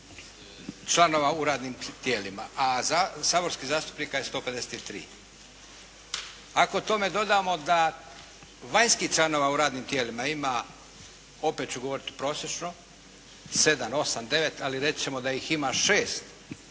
članova u radnim tijelima. A saborskih zastupnika je 153. Ako tome dodamo da vanjskih članova u radnim tijelima ima opet ću govoriti prosječno 7, 8, 9 ali reći ćemo da ih ima 6